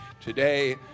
today